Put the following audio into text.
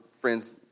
friends